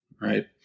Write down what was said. right